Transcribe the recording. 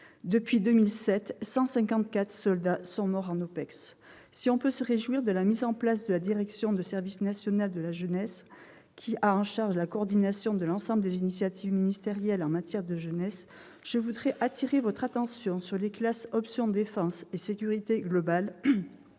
Depuis 2007, 154 soldats sont morts en OPEX. Si l'on peut se réjouir de la mise en place de la Direction du service national et de la jeunesse, qui est chargée de la coordination de l'ensemble des initiatives ministérielles en matière de jeunesse, je voudrais appeler l'attention sur les classes « option défense et sécurité globales